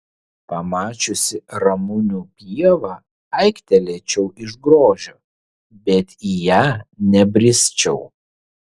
pamačiusi ramunių pievą aiktelėčiau iš grožio bet į ją nebrisčiau